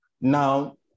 Now